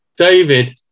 David